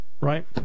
right